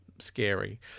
scary